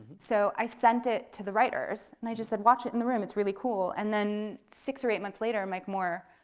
so i sent it to the writers and i just said, watch it in the room, it's really cool. and then six or eight months later mike moore,